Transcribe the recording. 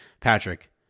Patrick